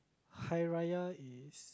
Hari-Raya is